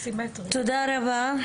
תודה רבה.